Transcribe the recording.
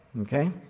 Okay